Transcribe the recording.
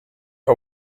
out